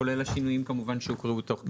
כולל השינויים שהוקראו תוך כדי.